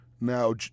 Now